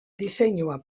diseinua